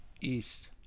east